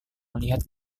melihat